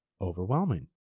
overwhelming